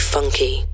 Funky